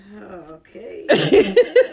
Okay